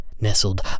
Nestled